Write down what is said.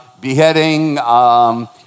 beheading